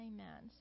Amen